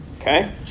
Okay